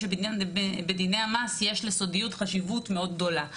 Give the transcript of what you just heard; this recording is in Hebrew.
שבדיני המס יש לסודיות חשיבות מאוד גדולה.